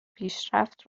پیشرفت